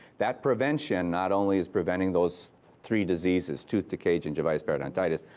that prevention not only is preventing those three diseases tooth decay, gingivitis, periodontitis,